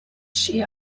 she